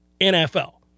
NFL